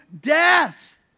death